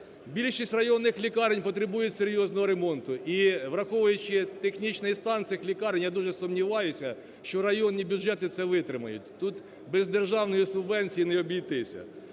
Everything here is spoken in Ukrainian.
Більшість районних лікарень потребують серйозного ремонту. І, враховуючи технічний стан цих лікарень я дуже сумніваюся, що районні бюджети це витримають. Тут без державної субвенції не обійтися.